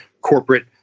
corporate